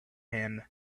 him